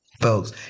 folks